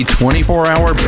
24-hour